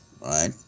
right